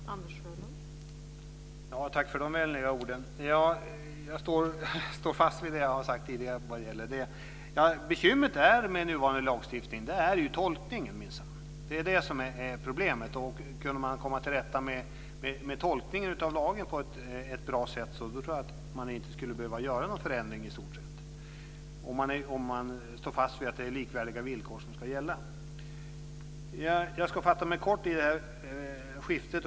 Fru talman! Tack för de vänliga orden! Jag står fast vid det jag har sagt tidigare. Bekymret med nuvarande lagstiftning är tolkningen. Det är det som är problemet. Kunde man komma till rätta med tolkningen av lagen på ett bra sätt tror jag inte att man skulle behöva göra någon förändring - om man står fast vid att det är likvärdiga villkor som ska gälla. Jag ska fatta mig kort i den här repliken.